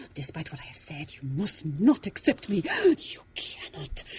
despite what i have said, you must not accept me, you cannot,